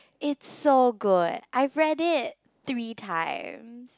it's so good I read it three times